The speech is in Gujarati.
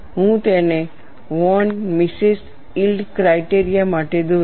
હું તેને વોન મિસેસ યીલ્ડ ક્રાઇટેરિયા માટે દોરીશ